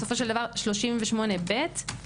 בסופו של דבר 38ב מסביר